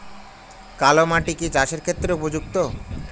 কালো মাটি কি চাষের ক্ষেত্রে উপযুক্ত?